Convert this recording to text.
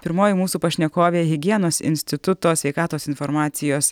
pirmoji mūsų pašnekovė higienos instituto sveikatos informacijos